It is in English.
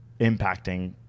impacting